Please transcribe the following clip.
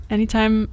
Anytime